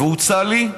והוצע לי,